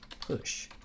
Push